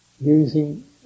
using